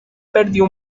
perdió